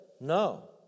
No